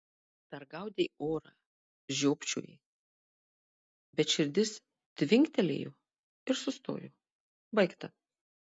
dar gaudei orą žiopčiojai bet širdis tvinktelėjo ir sustojo baigta